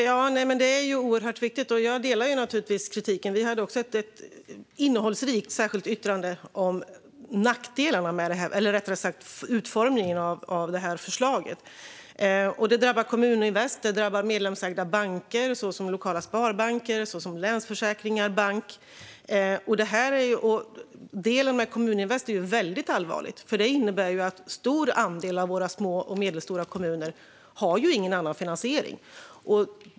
Fru talman! Detta är ju oerhört viktigt. Jag delar naturligtvis kritiken. Vi hade ett innehållsrikt särskilt yttrande om nackdelarna med detta, eller rättare sagt om utformningen av förslaget. Det drabbar Kommuninvest. Det drabbar medlemsägda banker som lokala sparbanker eller Länsförsäkringar Bank. Detta med Kommuninvest är väldigt allvarligt, för en stor andel av våra små och medelstora kommuner har ingen annan finansiering.